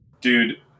dude